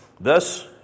Thus